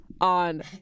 on